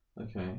okay